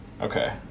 Okay